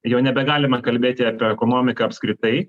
jau nebegalima kalbėti apie ekonomiką apskritai